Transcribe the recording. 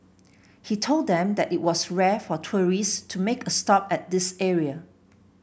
he told them that it was rare for tourists to make a stop at this area